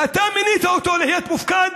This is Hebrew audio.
ואתה מינית אותו להיות מופקד